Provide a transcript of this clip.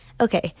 Okay